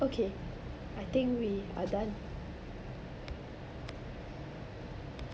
okay I think we are done